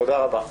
תודה רבה.